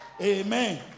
Amen